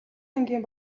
ангийн